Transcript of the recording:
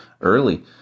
early